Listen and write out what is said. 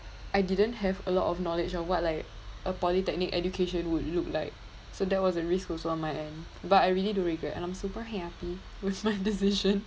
I didn't have a lot of knowledge of what like a polytechnic education would look like so there was a risk also on my end but I really don't regret and I'm super happy with my decision